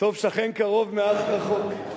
טוב שכן קרוב מאח רחוק.